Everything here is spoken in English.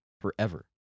forever